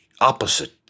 opposite